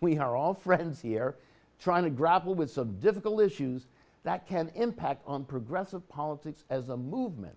we are all friends here trying to grapple with of difficult issues that can impact on progressive politics as a movement